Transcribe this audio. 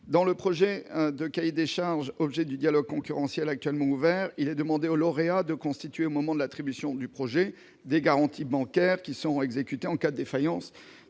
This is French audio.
Dans le projet de cahier des charges, objet du dialogue concurrentiel actuellement ouvert, il est demandé au lauréat de constituer, au moment de l'attribution du projet, des garanties bancaires qui seront exécutées en cas de défaillance